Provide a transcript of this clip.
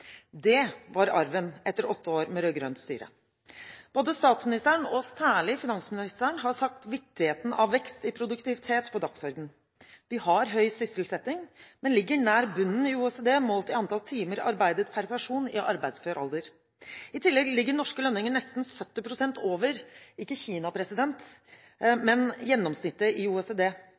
Det var arven etter åtte år med rød-grønt styre. Både statsministeren og særlig finansministeren har satt viktigheten av vekst i produktiviteten på dagsordenen. Vi har høy sysselsetting, men ligger nær bunnen i OECD målt i antall timer arbeidet per person i arbeidsfør alder. I tillegg ligger norske lønninger nesten 70 pst. over – ikke Kina, men gjennomsnittet i OECD.